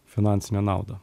finansinę naudą